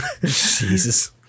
Jesus